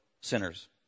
sinners